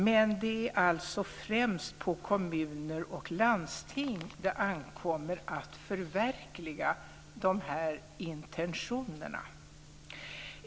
Men det är alltså främst på kommuner och landsting det ankommer att förverkliga intentionerna.